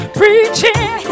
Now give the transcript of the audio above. preaching